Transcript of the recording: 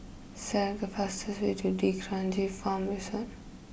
select the fastest way to D'Kranji Farm Resort